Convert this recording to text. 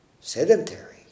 sedentary